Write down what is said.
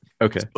okay